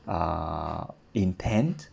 uh intent